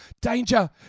Danger